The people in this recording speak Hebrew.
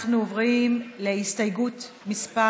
הסתייגות מס'